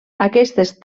aquestes